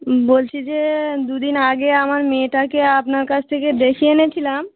বলছি যে দুদিন আগে আমার মেয়েটাকে আপনার কাছ থেকে দেখিয়ে এনেছিলাম